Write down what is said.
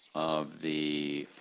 um the